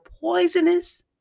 poisonous